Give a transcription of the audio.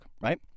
right